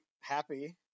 happy